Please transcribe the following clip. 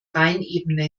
rheinebene